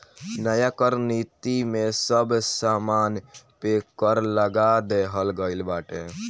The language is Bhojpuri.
नया कर नीति में सब सामान पे कर लगा देहल गइल बाटे